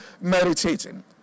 meditating